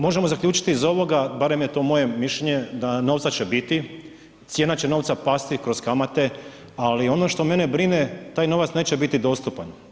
Možemo zaključiti iz ovoga, barem je to moje mišljenje, da novca će biti, cijena će novca pasti kroz kamate, ali ono što mene brine, taj novac neće biti dostupan.